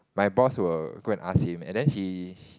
my boss will go and ask him and then he